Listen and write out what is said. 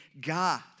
God